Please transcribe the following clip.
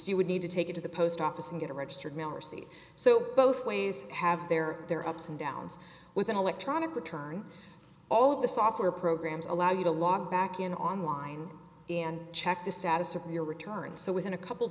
you would need to take it to the post office and get it registered mail r c so both ways have their their ups and downs with an electronic return all of the software programs allow you to log back in online and check the status of your return so within a couple